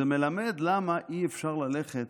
זה מלמד למה אי-אפשר ללכת